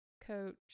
coach